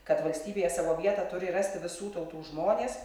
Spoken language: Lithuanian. kad valstybėje savo vietą turi rasti visų tautų žmonės